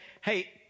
hey